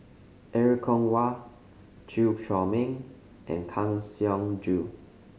Er Kwong Wah Chew Chor Meng and Kang Siong Joo